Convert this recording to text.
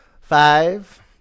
Five